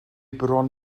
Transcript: bron